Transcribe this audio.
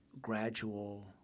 gradual